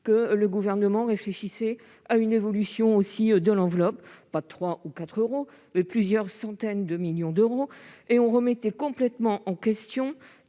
que le Gouvernement réfléchissait à une évolution de l'enveloppe, non pas de 3 ou 4 euros, mais de plusieurs centaines de millions d'euros, ce qui remettait complètement en question